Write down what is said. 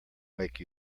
make